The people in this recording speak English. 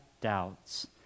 doubts